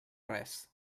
res